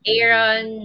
Aaron